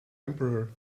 emperor